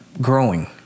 growing